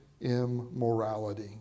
immorality